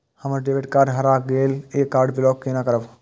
हमर debit card हरा गेल ये कार्ड ब्लॉक केना करब?